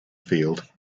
field